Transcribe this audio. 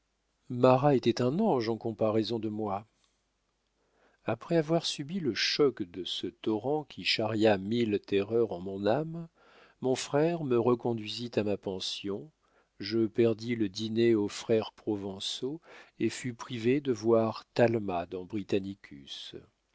marat était un ange en comparaison de moi après avoir subi le choc de ce torrent qui charria mille terreurs en mon âme mon frère me reconduisit à ma pension je perdis le dîner aux frères provençaux et fus privé de voir talma dans britannicus